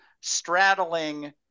straddling